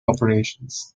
operations